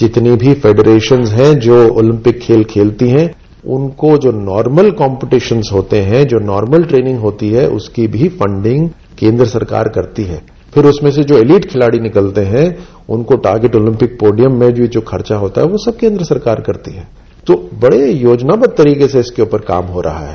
जितनी भी फेडरेसंस है जो ओलम्पिक खेल खेलती है उनको जो नार्मल कम्पीटशन होते हैं जो नार्मल ट्रेनिंग होती है उसकी भी फंडिंग केन्द्र सरकार करती है फिर उसमें से जो ई लीड खिलाड़ी निकलते हैं उनको टारगेट ओलम्पिक पोडियम में जो खर्चा होता है वह सब कोन्द्र सरकार करती है तो बड़े योजनाबद्व तरीके से इसके ऊपर काम हो रहा है